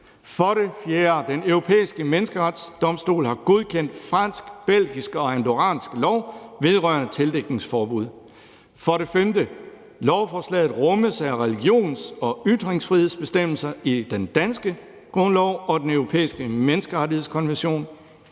For det fjerde har Den Europæiske Menneskerettighedsdomstol godkendt fransk, belgisk og andorransk lov vedrørende tildækningsforbud. For det femte rummes lovforslaget af religions- og ytringsfrihedsbestemmelser i den danske grundlov og Den Europæiske Menneskerettighedskonvention.